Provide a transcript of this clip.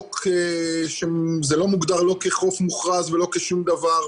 זה לא מוגדר לא כחוף מוכרז ולא כשום דבר.